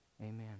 amen